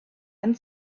end